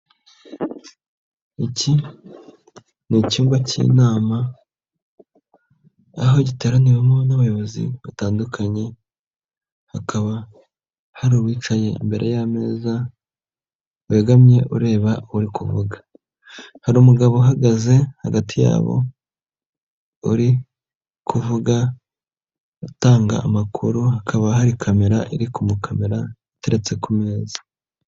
Iki ni icyumba k'inama aho giteraniwemo n'abayobozi batandukanye, hakaba hari uwicaye imbere y'ameza wegamye ureba uri kuvuga, hari umugabo uhagaze hagati yabo uri kuvuga utanga amakuru, hakaba hari kamera iri kumukamera iteretse ku meza.